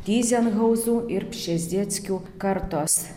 tyzenhauzų ir pšezdzieckių kartos